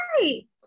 right